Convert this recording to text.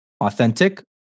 authentic